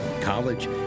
college